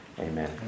Amen